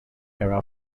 era